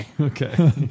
Okay